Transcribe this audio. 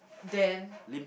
then